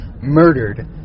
murdered